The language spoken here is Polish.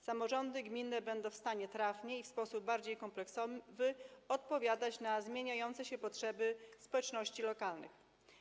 Samorządy gminne będą w stanie trafnie i w sposób bardziej kompleksowy odpowiadać na zmieniające się potrzeby społeczności lokalnych.